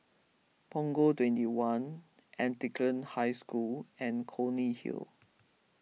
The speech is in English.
Punggol twenty one Anglican High School and Clunny Hill